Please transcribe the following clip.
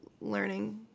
learning